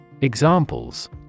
Examples